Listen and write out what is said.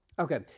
Okay